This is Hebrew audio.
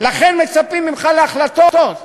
לכן מצפים ממך להחלטות,